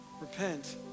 repent